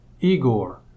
Igor